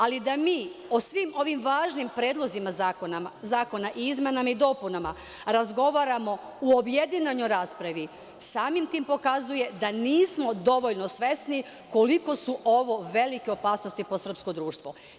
Ali, da mi o svim ovim važnim predlozima zakona, izmenama i dopunama, razgovaramo u objedinjenoj raspravi, samim tim pokazuje da nismo dovoljno svesni koliko su ovo velike opasnosti po srpsko društvo.